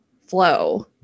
flow